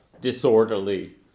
disorderly